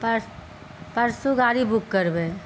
परसु गाड़ी बुक करबै